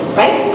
right